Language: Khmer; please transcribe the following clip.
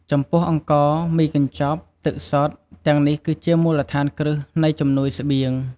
ចំពោះអង្ករ មីកញ្ចប់ ទឹកសុទ្ធ ទាំងនេះគឺជាមូលដ្ឋានគ្រឹះនៃជំនួយស្បៀង។